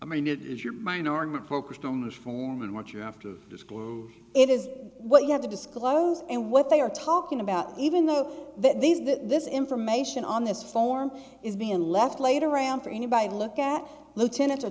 i mean it is your mind are not focused on this form and what you have to disclose it is what you have to disclose and what they are talking about even though these this information on this form is being left laid around for anybody look at lieutenant are